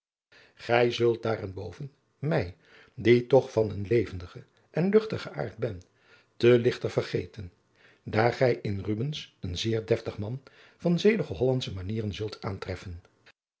gij zult daarenboven mij die toch van een levendigen en luchtigen aard ben te ligter vergeten daar gij in rubbens een zeer deftig man van zedige hollandsche manieren zult aantreffen